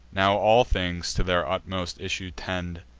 now all things to their utmost issue tend,